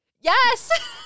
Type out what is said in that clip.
Yes